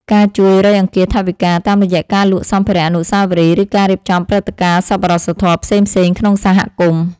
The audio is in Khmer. ការជួយរៃអង្គាសថវិកា តាមរយៈការលក់សម្ភារៈអនុស្សាវរីយ៍ ឬការរៀបចំព្រឹត្តិការណ៍សប្បុរសធម៌ផ្សេងៗក្នុងសហគមន៍។